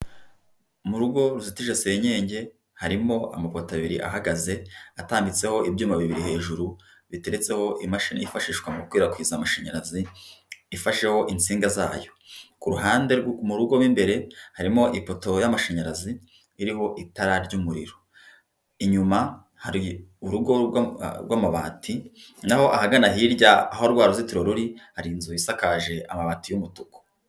Mu rugo ruzitije senyenge harimo, amapoto abiri ahagaze atambitseho ibyuma bibiri hejuru biteretseho imashini yifashishwa mu gukwirakwiza amashanyarazi ifasheho insinga zayo. Ku ruhande mu rugo rw'imbere harimo ipoto y'amashanyarazi iriho itara ry'umuriro inyuma hari urugo rw'amabati naho ahagana hirya aho rwa ruzitiro ruri hari inzu isakaje amabati y'umutuku.